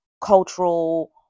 cultural